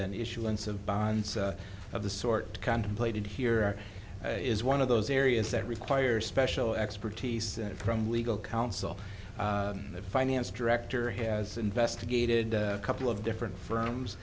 and issuance of bonds of the sort contemplated here is one of those areas that requires special expertise from legal counsel the finance director has investigated a couple of different firms